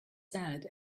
sad